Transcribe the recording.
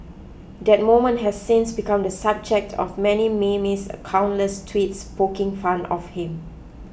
that moment has since become the subject of many memes and countless tweets poking fun of him